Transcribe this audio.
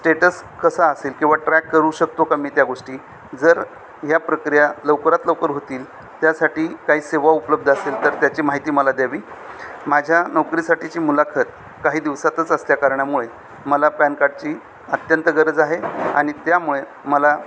status कसा असेल किंवा ट्रॅक करू शकतो का मी त्या गोष्टी जर ह्या प्रक्रिया लवकरात लवकर होतील त्यासाठी काही सेवा उपलब्ध असेल तर त्याची माहिती मला द्यावी माझ्या नोकरीसाठीची मुलाखत काही दिवसातच असल्या कारणामुळे मला पॅन कार्डची अत्यंत गरज आहे आणि त्यामुळे मला